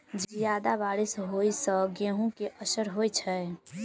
जियादा बारिश होइ सऽ गेंहूँ केँ असर होइ छै?